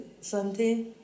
Sunday